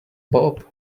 bob